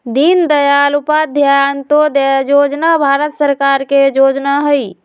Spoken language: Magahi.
दीनदयाल उपाध्याय अंत्योदय जोजना भारत सरकार के जोजना हइ